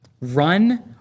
Run